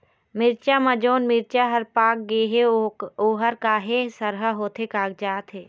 मिरचा म जोन मिरचा हर पाक गे हे ओहर काहे सरहा होथे कागजात हे?